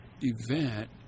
event